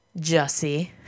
Jussie